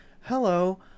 hello